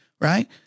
right